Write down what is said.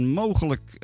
mogelijk